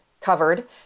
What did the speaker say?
covered